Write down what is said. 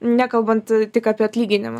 nekalbant tik apie atlyginimą